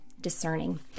discerning